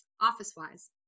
office-wise